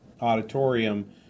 Auditorium